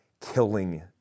killing